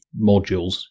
modules